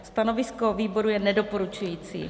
Stanovisko výboru je nedoporučující.